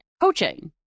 coaching